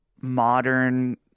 modern